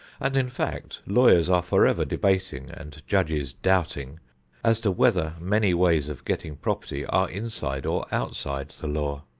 and in fact, lawyers are forever debating and judges doubting as to whether many ways of getting property are inside or outside the law.